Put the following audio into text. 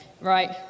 right